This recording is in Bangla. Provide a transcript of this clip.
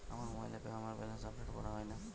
আমার মোবাইল অ্যাপে আমার ব্যালেন্স আপডেট করা হয় না